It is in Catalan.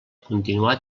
continuar